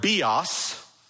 bios